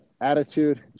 attitude